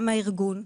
גם הארגון,